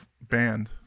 band